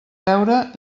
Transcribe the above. beure